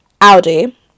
Audi